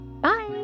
Bye